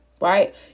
right